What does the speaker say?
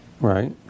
Right